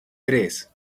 tres